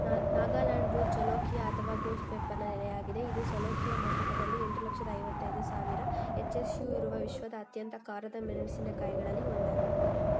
ನಾ ನಾಗಾಲ್ಯಾಂಡ್ ಭೂತ್ ಜಲೋಕಿಯಾ ಅಥವಾ ಗೋಸ್ಟ್ ಪೆಪ್ಪರ್ನ ನೆಲೆಯಾಗಿದೆ ಇದು ಸೊಲೋಕಿಯ ಮಾಪಕದಲ್ಲಿ ಎಂಟು ಲಕ್ಷದ ಐವತ್ತೈದು ಸಾವಿರ ಎಚ್ ಎಸ್ ಯು ಇರುವ ವಿಶ್ವದ ಅತ್ಯಂತ ಖಾರದ ಮೆಣಸಿನಕಾಯಿಗಳಲ್ಲಿ ಒಂದಾಗಿದೆ